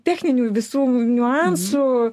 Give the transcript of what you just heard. techninių visų niuansų